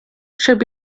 should